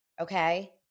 okay